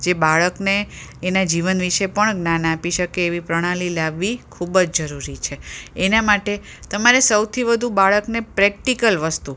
જે બાળકને એનાં જીવન વિષે પણ જ્ઞાન આપી શકે એવી પ્રણાલી લાવવી ખૂબ જ જરૂરી છે એના માટે તમારે સૌથી વધુ બાળકને પ્રેક્ટિકલ વસ્તુ